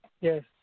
yes